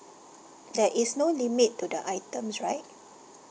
there is no limit to the items right